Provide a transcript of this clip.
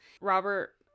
Robert